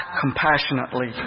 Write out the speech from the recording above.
compassionately